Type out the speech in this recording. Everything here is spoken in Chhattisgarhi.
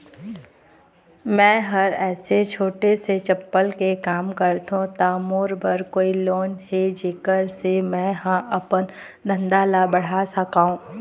मैं हर ऐसे छोटे से चप्पल के काम करथों ता मोर बर कोई लोन हे जेकर से मैं हा अपन धंधा ला बढ़ा सकाओ?